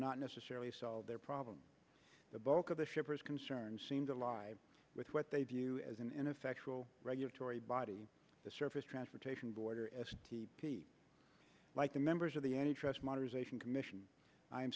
not necessarily solve their problems the bulk of the shippers concerned seem to live with what they view as an ineffectual regulatory body the surface transportation border like the members of the any trust modernization commission i